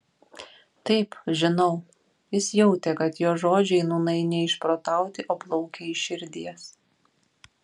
taip žinau jis jautė kad jo žodžiai nūnai ne išprotauti o plaukia iš širdies